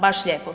Baš lijepo.